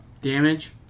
damage